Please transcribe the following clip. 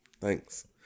Thanks